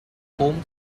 holmes